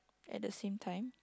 at the same time